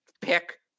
Pick